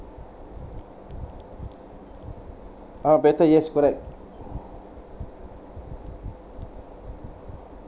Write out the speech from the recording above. uh better yes correct